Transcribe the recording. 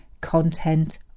content